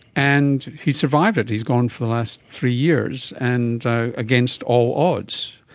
and he survived it. he's gone for the last three years and against all odds.